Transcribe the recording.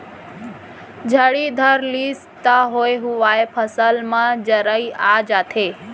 झड़ी धर लिस त होए हुवाय फसल म जरई आ जाथे